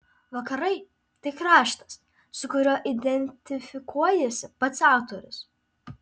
vakarai tai kraštas su kuriuo identifikuojasi pats autorius